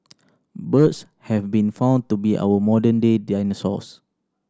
birds have been found to be our modern day dinosaurs